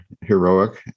heroic